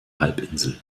halbinsel